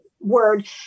word